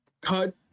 cut